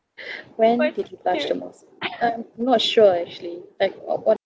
when did you blush the most I'm not sure actually like what what